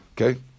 okay